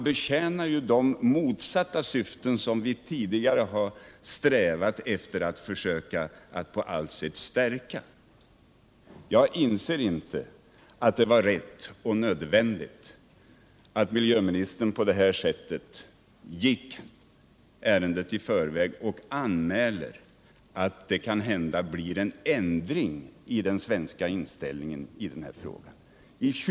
Då ger vi dem vatten på sin kvarn. Och då tjänar vi ju helt andra och motsatta syften än tidigare. Jag kan inte se att det var rätt eller nödvändigt att miljöministern på detta sätt gick ärendet i förväg och anmälde att det kanske blir en ändring i den svenska inställningen i denna fråga.